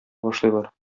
башлыйлар